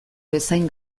bezain